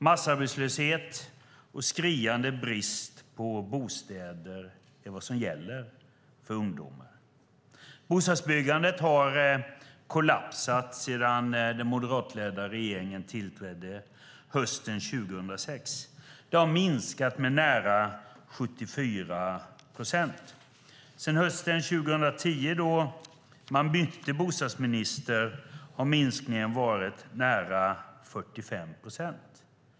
Massarbetslöshet och skriande brist på bostäder är vad som gäller för ungdomar. Bostadsbyggandet har kollapsat sedan den moderatledda regeringen tillträdde 2006. Det har minskat med nära 74 procent. Sedan hösten 2010, då man bytte bostadsminister, har minskningen varit nära 45 procent.